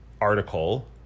article